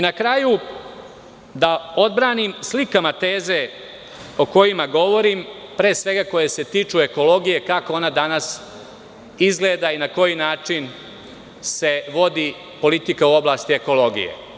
Na kraju da odbranim slikama teze o kojima govorim pre svega koje se tiču ekologije kako ona danas izgleda i na koji način se vodi politika u oblasti ekologije.